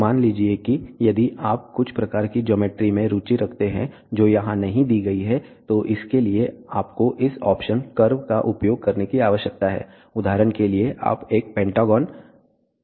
मान लीजिए कि यदि आप कुछ प्रकार की ज्योमेट्री में रुचि रखते हैं जो यहां नहीं दी गई है तो इसके लिए आपको इस ऑप्शन कर्व का उपयोग करने की आवश्यकता है उदाहरण के लिए आप एक पेंटागॉन बनाना चाहते हैं